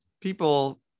people